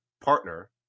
partner